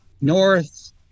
north